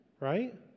right